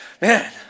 Man